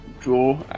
draw